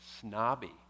snobby